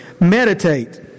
meditate